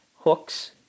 hooks